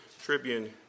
Tribune